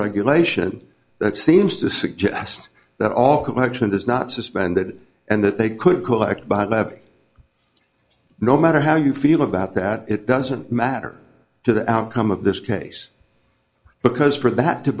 regulation that seems to suggest that all connection is not suspended and that they could collect but i have no matter how you feel about that it doesn't matter to the outcome of this case because for that to